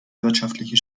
wirtschaftliche